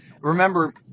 remember